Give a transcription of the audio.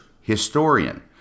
historian